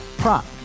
Prop